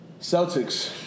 Celtics